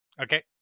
Okay